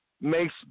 makes